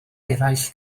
eraill